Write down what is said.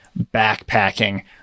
backpacking